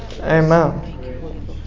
amen